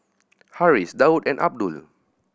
Harris Daud and Abdul